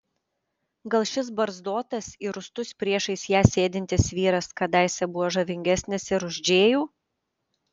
gal šis barzdotas ir rūstus priešais ją sėdintis vyras kadaise buvo žavingesnis ir už džėjų